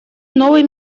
новый